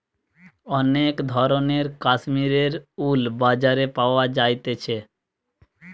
অনেক ধরণের কাশ্মীরের উল বাজারে পাওয়া যাইতেছে